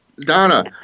Donna